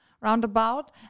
roundabout